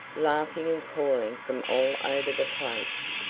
laughing and calling from all over the place.